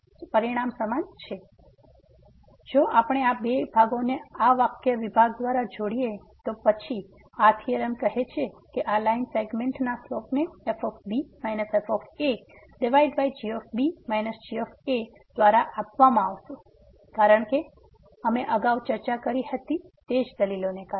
તેથી જો આપણે આ બે ભાગોને આ વાક્ય વિભાગ દ્વારા જોડીયે તો પછી આ થીયોરમ કહે છે કે આ લાઇન સેગમેન્ટ ના સ્લોપ ને fb f g b g દ્વારા આપવામાં આવશે કારણ કે અમે અગાઉ ચર્ચા કરી હતી તે જ દલીલોને કારણે